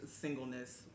singleness